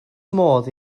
modd